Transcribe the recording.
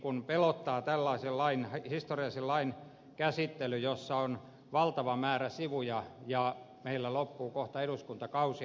vähän pelottaa tällaisen historiallisen lain käsittely jossa on valtava määrä sivuja ja meillä loppuu kohta eduskuntakausi